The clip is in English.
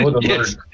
Yes